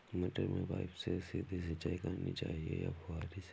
मटर में पाइप से सीधे सिंचाई करनी चाहिए या फुहरी से?